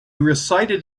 recited